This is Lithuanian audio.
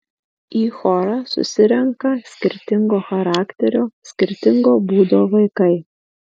į chorą susirenka skirtingo charakterio skirtingo būdo vaikai